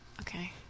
Okay